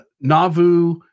Nauvoo